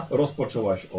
rozpoczęłaś